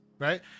Right